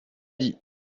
dit